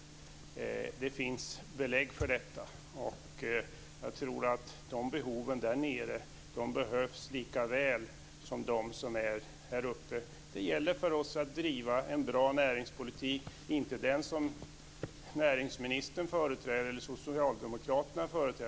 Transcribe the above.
Det finns belägg för detta. Jag tror att behoven där nere är lika angelägna som de här uppe. Det gäller för oss att driva en bra näringspolitik, och inte den som näringsministern eller Socialdemokraterna företräder.